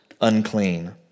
unclean